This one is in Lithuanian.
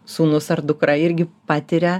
sūnus ar dukra irgi patiria